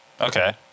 Okay